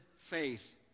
faith